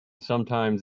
sometimes